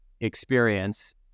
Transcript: experience